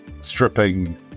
stripping